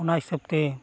ᱚᱱᱟ ᱦᱤᱥᱟᱹᱵᱽ ᱛᱮ